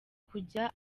kujya